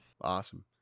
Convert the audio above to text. Awesome